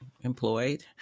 employed